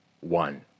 one